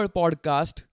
podcast